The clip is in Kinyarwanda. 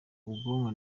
ubwonko